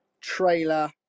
trailer